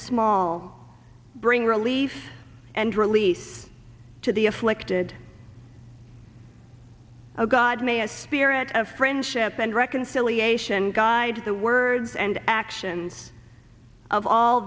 small bring relief and release to the afflicted of god may as spirit of friendship and reconciliation guide the words and actions of all